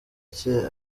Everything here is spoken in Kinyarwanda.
cye